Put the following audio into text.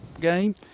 game